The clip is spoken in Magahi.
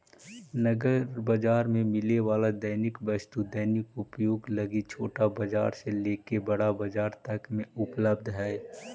नगर बाजार में मिले वाला दैनिक वस्तु दैनिक उपयोग लगी छोटा बाजार से लेके बड़ा बाजार तक में उपलब्ध हई